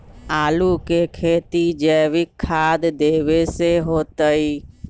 आलु के खेती जैविक खाध देवे से होतई?